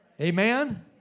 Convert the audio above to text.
Amen